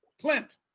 Clint